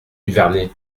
duvernet